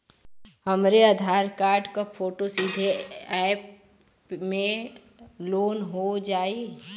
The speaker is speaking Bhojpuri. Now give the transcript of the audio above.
हमरे आधार कार्ड क फोटो सीधे यैप में लोनहो जाई?